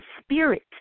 spirit